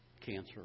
cancer